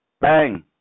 Bang